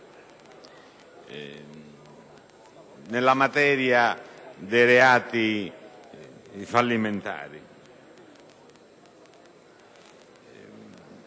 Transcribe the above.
nella materia dei reati fallimentari.